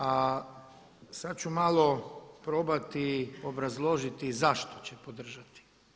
A sada ću malo probati obrazložiti zašto će podržati.